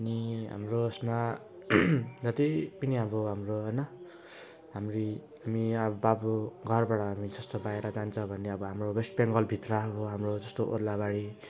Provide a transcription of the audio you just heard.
अनि हाम्रो उयसमा जति पनि हाम्रो अब हाम्रो होइन हाम्री मि अब बाबू घरबाट हामी जस्तो बाहिर जान्छ भने अब वेस्ट बङ्गालभित्र अब हाम्रो जस्तो ओद्लाबारी